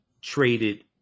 traded